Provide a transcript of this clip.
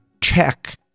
check